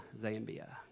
Zambia